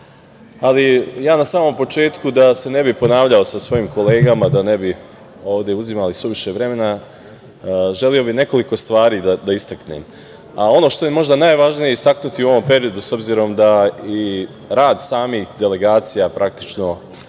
delegacija, ali da se ne bi ponavljao sa svojim kolegama, da ne bi ovde uzimali suviše vremena, želeo bih nekoliko stvari da istaknem. Ono što je možda najvažnije istaknuti u ovom periodu, s obzirom da i rad samih delegacija je